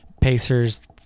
Pacers